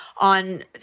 on